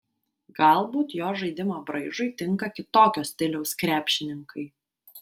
galbūt jo žaidimo braižui tinka kitokio stiliaus krepšininkai